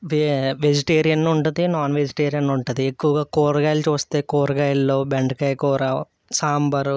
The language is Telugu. వే వెజిటేరియన్ ఉంటుంది నాన్ వెజిటేరియన్ ఉంటుంది ఎక్కువగా కూరగాయలు చూస్తే కూరగాయల్లో బెండకాయ కూర సాంబారు